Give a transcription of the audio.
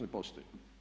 Ne postoji.